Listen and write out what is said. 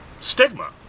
stigma